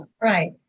Right